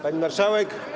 Pani Marszałek!